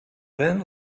then